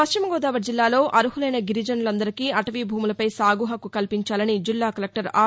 పశ్చిమ గోదావరి జిల్లాలో అర్హలైన గిరిజనులందరికి అటవీ భూములపై సాగుహక్కు కల్పించాలని జిల్లా కలెక్షర్ ఆర్